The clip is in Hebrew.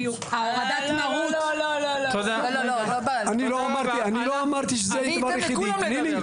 אני לא אמרתי שזה הדבר היחידי.